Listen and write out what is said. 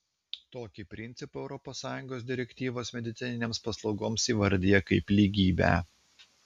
tokį principą europos sąjungos direktyvos medicininėms paslaugoms įvardija kaip lygybę